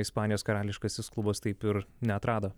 ispanijos karališkasis klubas taip ir neatrado